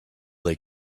they